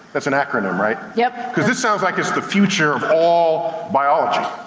that's an acronym right? yep. cuz this sounds like it's the future of all biology.